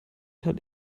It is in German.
hat